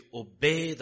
obey